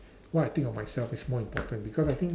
what I think of myself is more important because I think